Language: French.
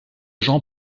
jean